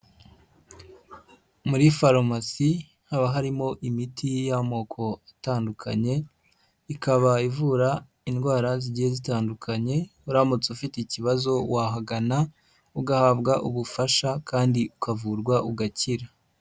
Muri farumasi haba harimo imiti y'amoko atandukanye ikaba ivura indwara zigiye zitandukanye uramutse ufite ikibazo wahagana ugahabwa ubufasha kandi ukavurwa ugakira.